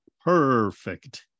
perfect